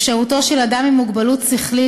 אפשרותו של אדם עם מוגבלות שכלית